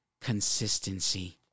consistency